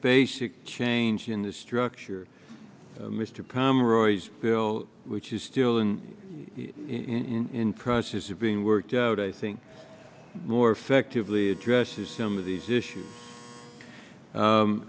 basic change in the structure mr pomeroy's bill which is still in in process of being worked out i think more effectively addresses some of these issues